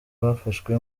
bafashwe